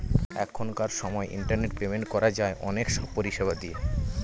এখনকার সময় internet payment করা যায় অনেক সব পরিষেবা দিয়ে